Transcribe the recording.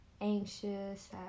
anxious